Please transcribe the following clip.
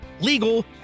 legal